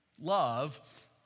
Love